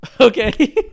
Okay